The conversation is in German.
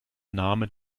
name